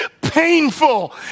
painful